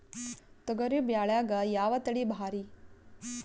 ತೊಗರಿ ಬ್ಯಾಳ್ಯಾಗ ಯಾವ ತಳಿ ಭಾರಿ?